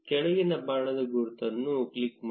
ಕೆಳಗಿನ ಬಾಣದ ಗುರುತನ್ನು ಕ್ಲಿಕ್ ಮಾಡಿ